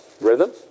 rhythm